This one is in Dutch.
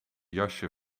jasje